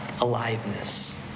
aliveness